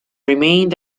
remained